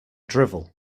drivel